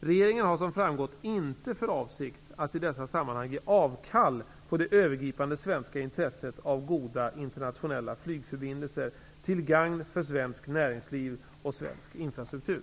Regeringen har som framgått inte för avsikt att i dessa sammanhang ge avkall på det övergripande svenska intresset av goda internationella flygförbindelser till gagn för svenskt näringsliv och svensk infrastruktur.